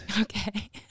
Okay